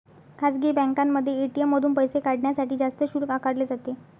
खासगी बँकांमध्ये ए.टी.एम मधून पैसे काढण्यासाठी जास्त शुल्क आकारले जाते